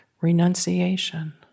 renunciation